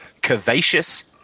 curvaceous